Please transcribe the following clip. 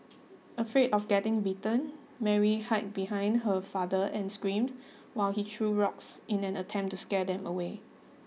afraid of getting bitten Mary hid behind her father and screamed while he threw rocks in an attempt to scare them away